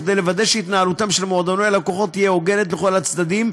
וכדי לוודא שהתנהלותם של מועדוני הלקוחות תהיה הוגנת לכל הצדדים,